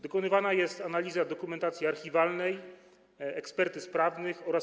Dokonywana jest analiza dokumentacji archiwalnej, ekspertyz prawnych oraz